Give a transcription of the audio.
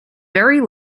very